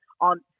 on